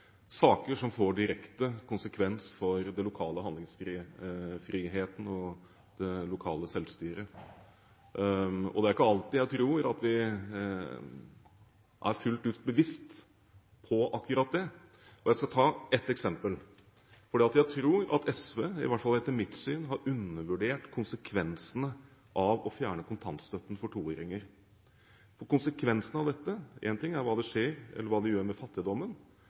saker som får direkte konsekvens for den lokale handlingsfriheten og det lokale selvstyret. Det er ikke alltid jeg tror at vi er fullt ut bevisst på akkurat det. Jeg skal ta ett eksempel, for jeg tror at SV – i hvert fall etter mitt syn – har undervurdert konsekvensene av å fjerne kontantstøtten for toåringer. Én ting er hva som skjer, eller hva det gjør med fattigdommen,